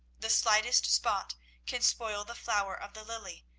the slightest spot can spoil the flower of the lily,